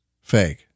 Fake